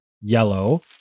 yellow